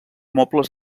mobles